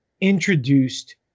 introduced